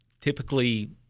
typically